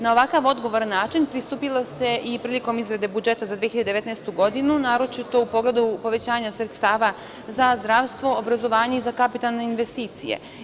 Na ovako odgovoran način pristupilo se i prilikom izrade budžeta za 2019. godinu, naročito u pogledu povećanja sredstava za zdravstvo, obrazovanje i za kapitalne investicije.